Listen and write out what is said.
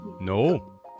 No